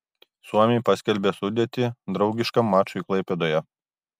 suomiai paskelbė sudėtį draugiškam mačui klaipėdoje